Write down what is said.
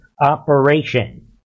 operation